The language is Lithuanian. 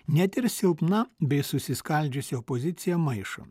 net ir silpna bei susiskaldžiusi opozicija maišo